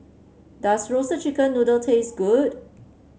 does Roasted Chicken Noodle taste good